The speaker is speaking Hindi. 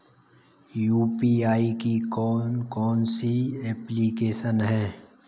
यू.पी.आई की कौन कौन सी एप्लिकेशन हैं?